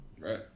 right